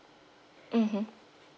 mmhmm